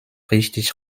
richtig